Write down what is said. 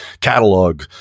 catalog